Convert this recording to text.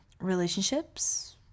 relationships